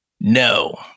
No